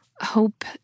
hope